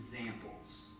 examples